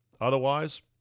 Otherwise